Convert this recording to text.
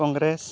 Congress